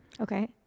Okay